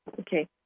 Okay